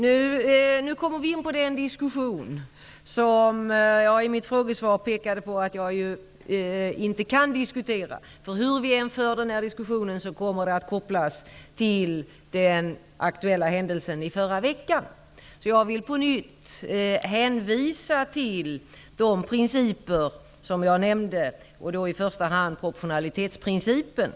Fru talman! Nu kommer vi in på den diskussion som jag i mitt frågesvar pekade på att jag inte kan gå in på. Hur vi än för den här diskussionen kommer den att kopplas till den aktuella händelsen i förra veckan. Jag vill på nytt hänvisa till de principer som jag nämnde -- och då i första hand proportionalitetsprincipen.